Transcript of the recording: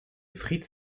fritz